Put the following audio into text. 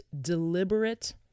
deliberate